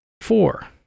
Four